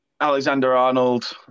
Alexander-Arnold